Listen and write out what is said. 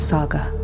Saga